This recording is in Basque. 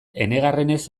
enegarrenez